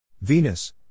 Venus